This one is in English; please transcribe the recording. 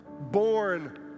born